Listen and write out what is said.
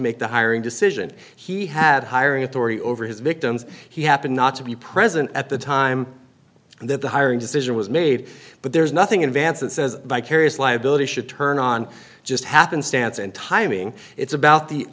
make the hiring decision he had hiring authority over his victims he happened not to be present at the time and that the hiring decision was made but there nothing in advance that says vicarious liability should turn on just happenstance and timing it's about the